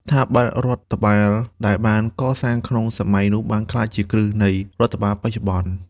ស្ថាប័នរដ្ឋបាលដែលបានកសាងក្នុងសម័យនោះ បានក្លាយជាគ្រឹះនៃរដ្ឋបាលបច្ចុប្បន្ន។